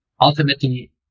ultimately